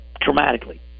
dramatically